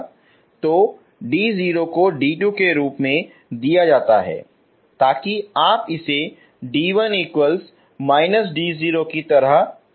तो d0 को d2 के रूप में दिया जाता है ताकि आप इसे d1−d0 की तरह रख सकें